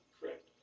Correct